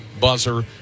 buzzer